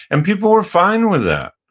and people were fine with that.